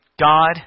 God